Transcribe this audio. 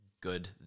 good